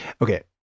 okay